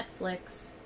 netflix